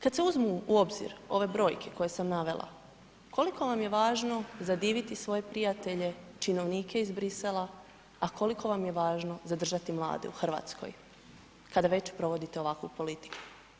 Kada se uzmu u obzir ove brojke koje sam navela, koliko vam je važno zadiviti svoje prijatelje, činovnike iz Brisela a koliko vam je važno zadržati mlade u Hrvatskoj, kad već provodite ovakvu politiku?